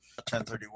1031